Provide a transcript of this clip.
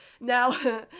Now